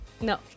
No